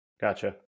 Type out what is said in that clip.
Gotcha